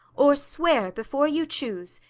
or swear before you choose,